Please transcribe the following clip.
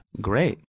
great